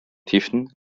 tischen